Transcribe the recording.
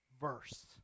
verse